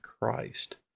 Christ